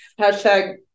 Hashtag